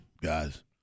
guys